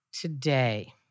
today